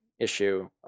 issue